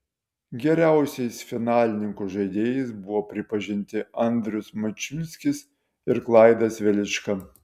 geriausiais finalininkų žaidėjais buvo pripažinti andrius mačiulskis ir klaidas velička